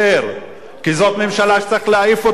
כי זאת ממשלה שצריך להעיף אותה מהר,